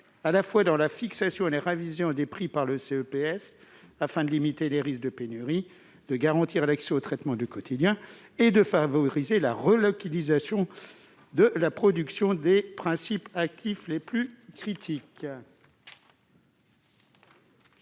à la fois dans la fixation et la révision des prix par le comité économique des produits de santé (CEPS), afin de limiter les risques de pénuries, de garantir l'accès aux traitements du quotidien et de favoriser la relocalisation de la production des principes actifs les plus critiques.